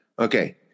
Okay